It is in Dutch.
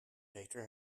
beter